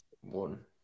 one